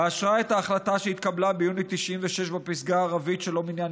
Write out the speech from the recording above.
באשרה את ההחלטה שהתקבלה ביוני 1996 בפסגה הערבית שלא מן המניין